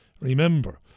remember